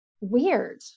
weird